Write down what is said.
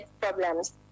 problems